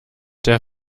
der